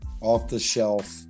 off-the-shelf